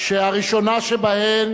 שהראשונה שבהן